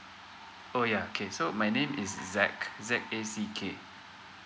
oh ya okay so my name is zack Z A C K